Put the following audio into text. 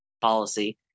policy